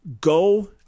go